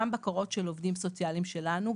גם בקרות של עובדים סוציאליים שלנו,